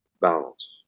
balance